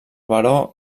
baró